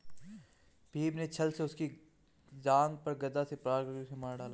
भीम ने छ्ल से उसकी जांघ पर गदा से प्रहार करके उसे मार डाला